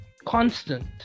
Constant